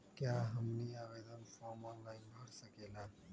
क्या हमनी आवेदन फॉर्म ऑनलाइन भर सकेला?